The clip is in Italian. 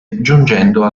giungendo